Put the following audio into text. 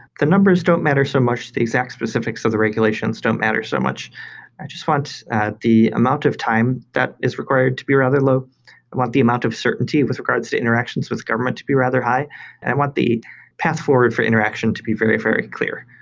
the numbers don't matter so much. the exact specifics of the regulations don't matter so much. i just want the amount of time that is required to be rather low. i want the amount of certainty with regards to interactions with government to be rather high, and i want the path forward for interaction to be very, very clear.